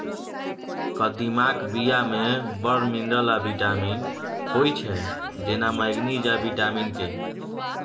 कदीमाक बीया मे बड़ मिनरल आ बिटामिन होइ छै जेना मैगनीज आ बिटामिन के